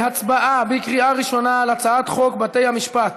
להצבעה בקריאה ראשונה על הצעת חוק בתי המשפט